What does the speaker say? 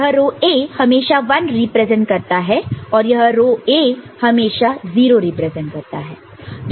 यह row A हमेशा 1 represent करता है और यह रो A हमेशा 0 रिप्रेजेंट करता है